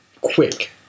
Quick